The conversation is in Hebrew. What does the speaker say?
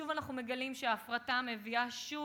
שוב אנחנו מגלים שההפרטה מביאה, שוב,